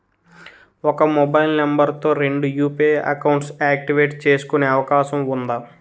ఒక mobile number తో రెండు యు.పి.ఐ అకౌంట్స్ యాక్టివేట్ చేసుకునే అవకాశం వుందా?